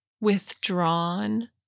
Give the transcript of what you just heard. withdrawn